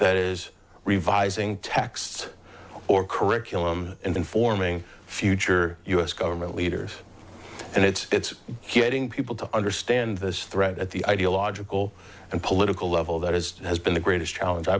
that is revising text or curriculum informing future us government leaders and it's getting people to understand this threat at the ideological and political level that is has been the greatest challenge i